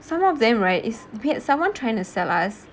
some of them right is weird someone trying to sell us